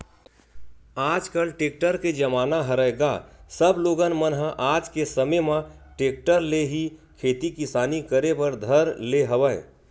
आजकल टेक्टर के जमाना हरय गा सब लोगन मन ह आज के समे म टेक्टर ले ही खेती किसानी करे बर धर ले हवय